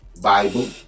Bible